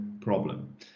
problem